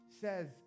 says